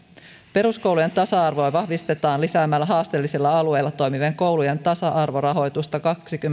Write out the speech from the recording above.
peruskoulujen tasa arvoa vahvistetaan lisäämällä haasteellisilla alueilla toimivien koulujen tasa arvorahoitusta